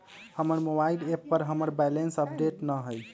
हमर mobile app पर हमर बैलेंस अपडेट न हई